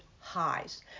highs